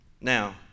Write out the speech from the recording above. Now